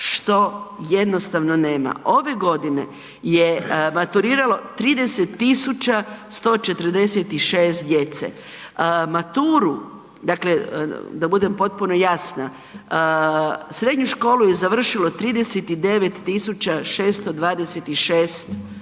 što jednostavno nema. Ove godine je maturiralo 30.146 djece, maturu da budem potpuno jasna, srednju školu je završilo 39.626 učenika